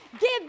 give